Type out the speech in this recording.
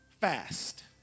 fast